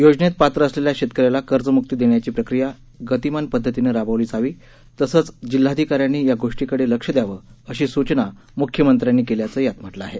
योजनेत पात्र असलेल्या शेतकऱ्याला कर्जम्क्ती देण्याची प्रक्रिया गतिमानपद्धतीनं राबविली जावी तसंच जिल्हाधिकाऱ्यांनी या गोष्टीकडे लक्ष दयावंअशी सूचना मुख्यमंत्र्यांनी केल्याचं यात म्हटलं आहे